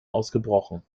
ausgebrochen